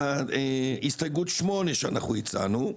לגבי הסתייגות 8 שאנחנו הצענו,